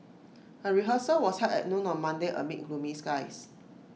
A rehearsal was held at noon on Monday amid gloomy skies